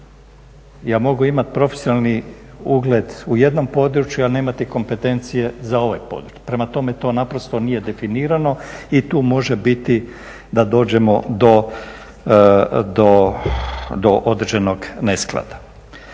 Ja mogu imati profesionalni ugled u jednom području, a nemati kompetencije za ovo područje. Prema tome, to naprosto nije definirano i tu može biti da dođemo do određenog nesklada.